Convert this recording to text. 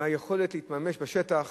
מהיכולת להתממש בשטח